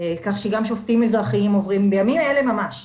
כך שגם שופטים אזרחיים עוברים בימים אלה ממש,